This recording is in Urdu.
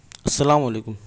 السلام علیکم